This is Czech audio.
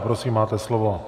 Prosím máte slovo.